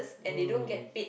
mm mm